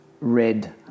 red